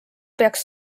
peaks